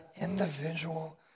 individual